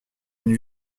une